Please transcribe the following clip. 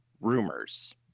rumors